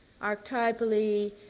archetypally